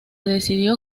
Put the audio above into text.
decidió